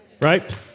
right